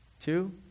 Two